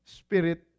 spirit